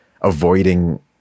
avoiding